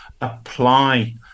apply